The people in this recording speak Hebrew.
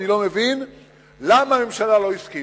אני לא מבין למה הממשלה לא הסכימה.